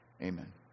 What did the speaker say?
Amen